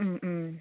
മ് മ്